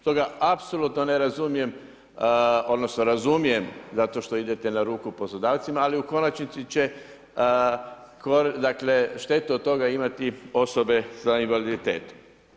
Stoga apsolutno ne razumijem, odnosno razumijem, zato što idete na ruku poslodavcima, ali u konačnici će štetu od toga imati osobe sa invaliditetom.